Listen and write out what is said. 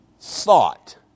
thought